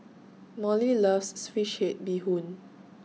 Mollie loves Fish Head Bee Hoon